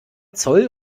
zoll